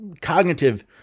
cognitive